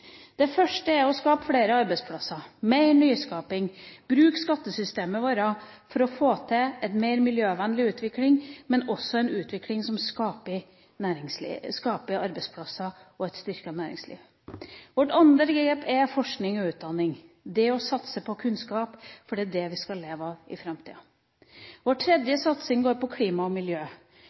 Det første er å skape flere arbeidsplasser, få til mer nyskaping og bruke skattesystemet vårt for å få til en mer miljøvennlig utvikling, men også en utvikling som skaper arbeidsplasser og et styrket næringsliv. Vårt andre grep er forskning og utdanning – det å satse på kunnskap – for det er det vi skal leve av i framtida. Vår tredje satsing går på klima og miljø: